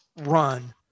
run